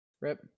Rip